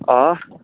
آ